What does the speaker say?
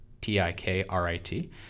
T-I-K-R-I-T